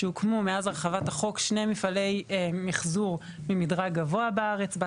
שהוקמו מאז הרחבת החוק שני מפעלי מיחזור ממדרג גבוה בארץ,